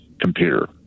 computer